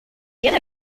tiene